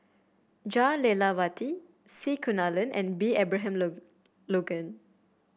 Jah Lelawati C Kunalan and B Abraham Logan